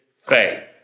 faith